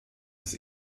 ist